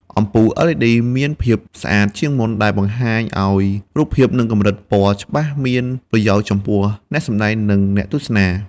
អេក្រង់ LED ធ្វើឲ្យរោងមហោស្របកាន់តែមានភាពទំនើបទាន់សម័យដែលមានពន្លឺភ្លឺឆ្លុះពីស្រមោលស្បែកច្បាស់និងងាយស្រួលបត់បែនគ្រប់ឈុតឆាកសម្តែង។